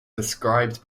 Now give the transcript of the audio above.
described